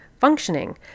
functioning